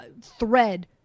thread